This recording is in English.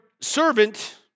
servant